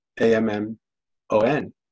A-M-M-O-N